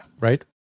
right